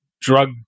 drug